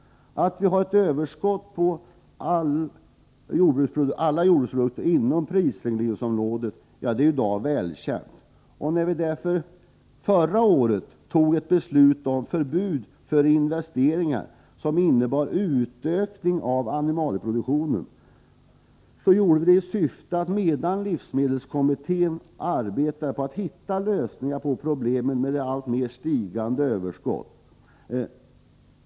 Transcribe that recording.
Att vi har ett överskott på alla jordbruksprodukter inom prisregleringsområdet är i dag välkänt. När vi därför förra året fattade beslut om förbud mot investeringar som innebar en ökning av animalieproduktionen, gjorde vi detta som en temporär lösning under det att livsmedelskommittén arbetade för att hitta lösningar på problemen med det alltmer ökande livsmedelsöverskottet.